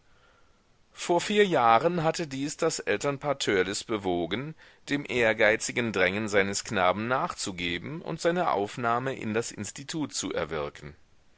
vor vier jahren hatte dies das elternpaar törleß bewogen dem ehrgeizigen drängen seines knaben nachzugeben und seine aufnahme in das institut zu erwirken